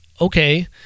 okay